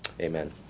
Amen